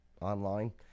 online